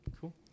cool